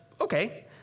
okay